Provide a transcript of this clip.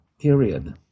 period